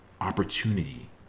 opportunity